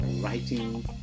writing